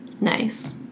nice